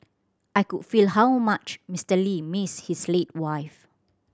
I could feel how much Mister Lee missed his late wife